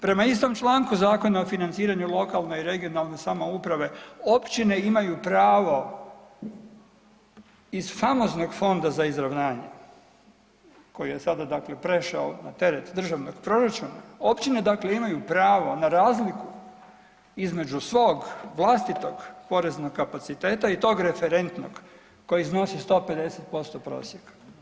Prema istom članku Zakona o financiranju lokalne i regionalne samouprave općine imaju pravo iz famoznog Fonda za izravnanje koji je sada dakle prešao na teret državnog proračuna općine dakle imaju pravo na razliku između svog vlastitog poreznog kapaciteta i tog referentnog koji iznosi 150% prosjeka.